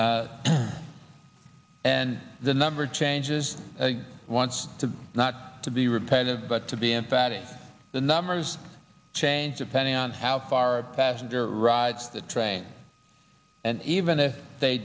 it and the number changes once to not to be repetitive but to be emphatic the numbers change depending on how far a passenger rides the train and even if they